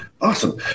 Awesome